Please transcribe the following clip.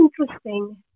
interesting